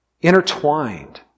intertwined